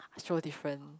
so different